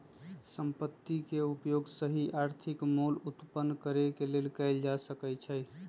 संपत्ति के उपयोग सही आर्थिक मोल उत्पन्न करेके लेल कएल जा सकइ छइ